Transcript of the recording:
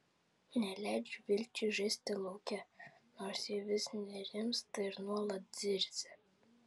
neleidžiu vilčiai žaisti lauke nors ji vis nerimsta ir nuolat zirzia